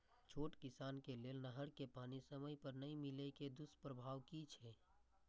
छोट किसान के लेल नहर के पानी समय पर नै मिले के दुष्प्रभाव कि छै?